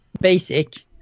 basic